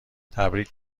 تبریگ